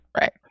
Right